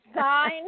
Sign